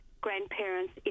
grandparents